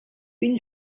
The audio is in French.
une